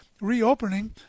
reopening